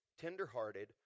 tenderhearted